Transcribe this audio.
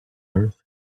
earth